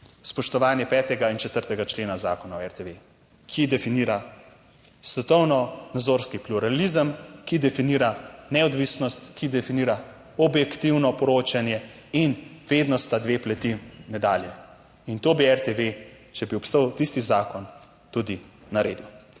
spoštovanje 5. in 4. člena zakona o RTV, ki definira svetovno nazorski pluralizem, ki definira neodvisnost, ki definira objektivno poročanje in vedno sta dve plati medalje. In to bi RTV, če bi ostal tisti zakon tudi naredil.